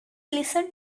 listen